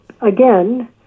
again